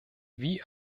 wie